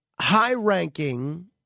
high-ranking